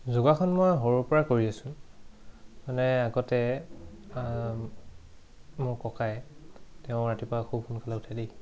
যোগাসন মই সৰুৰ পৰা কৰি আছোঁ মানে আগতে মোৰ ককাই তেওঁ ৰাতিপুৱা খুব সোনকালে উঠে দেই